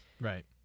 Right